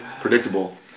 Predictable